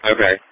Okay